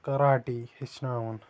karate ہیٚچھناوان